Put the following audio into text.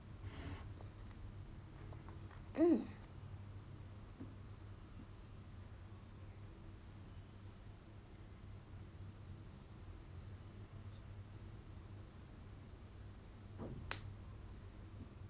um